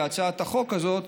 להצעת החוק הזאת,